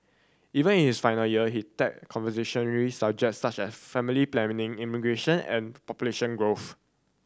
even is final year he tackled controversial subjects such as family planning immigration and population growth